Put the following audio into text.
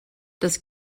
das